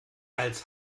als